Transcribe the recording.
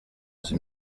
onze